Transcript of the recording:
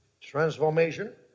transformation